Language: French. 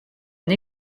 une